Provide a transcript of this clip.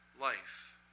life